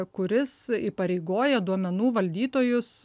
kuris įpareigoja duomenų valdytojus